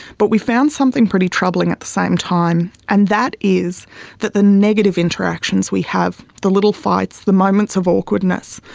but we found something pretty troubling at the same time, and that is that the negative interactions we have, the little fights, the moments of awkwardness,